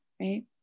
right